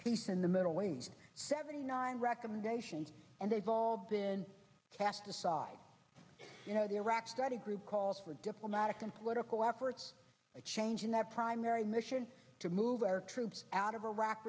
peace in the middle weighs seventy nine recommendations and they've all been cast aside the iraq study group calls for diplomatic and political efforts a change in that primary mission to move our troops out of iraq